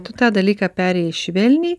tu tą dalyką perėjai švelniai